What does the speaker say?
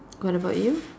what about you